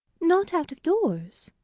not out of doors!